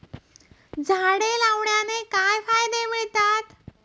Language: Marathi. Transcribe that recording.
झाडे लावण्याने काय फायदे मिळतात?